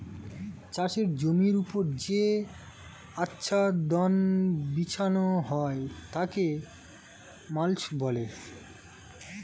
চাষের জমির ওপর যে আচ্ছাদন বিছানো হয় তাকে মাল্চ বলে